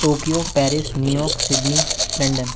Tokyo Paris New York Sydney London